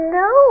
no